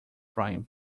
frying